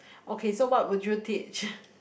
okay so what would you teach